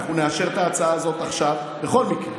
אנחנו נאשר את ההצעה הזאת עכשיו בכל מקרה.